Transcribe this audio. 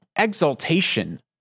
exaltation